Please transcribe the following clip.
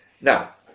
Now